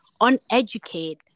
uneducate